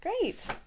Great